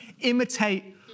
Imitate